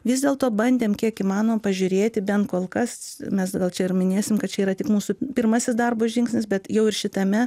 vis dėlto bandėm kiek įmanoma pažiūrėti bent kol kas mes gal čia ir minėsim kad čia yra tik mūsų pirmasis darbo žingsnis bet jau ir šitame